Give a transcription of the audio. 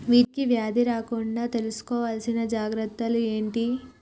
వీటికి వ్యాధి రాకుండా తీసుకోవాల్సిన జాగ్రత్తలు ఏంటియి?